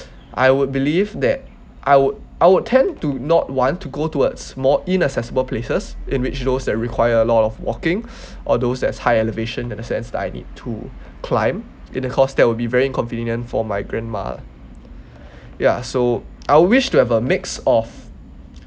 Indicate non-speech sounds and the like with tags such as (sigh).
I would believe that I would I would tend to not want to go towards more inaccessible places in which those that require a lot of walking (noise) or those as high elevation in a sense that I need to climb in the course that will be very inconvenient for my grandma lah ya so I wish to have a mix of